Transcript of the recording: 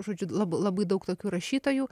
žodžiu labai labai daug tokių rašytojų